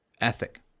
ethic